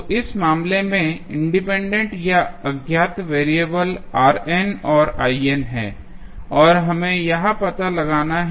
तो इस मामले में इंडिपेंडेंट या अज्ञात वेरिएबल और हैं और यह हमें पता लगाना है